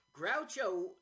Groucho